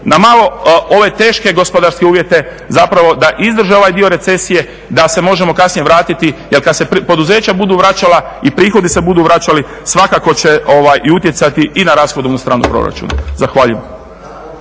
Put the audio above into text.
na malo ove teške gospodarske uvjete zapravo da izdrže ovaj dio recesije, da se možemo kasnije vratiti. Jer kad se poduzeća budu vraćala i prihodi se budu vraćali svakako će utjecati i na rashodovnu stranu proračuna. Zahvaljujem.